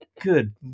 Good